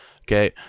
Okay